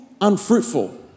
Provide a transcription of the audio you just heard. unfruitful